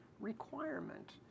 requirement